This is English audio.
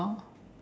oh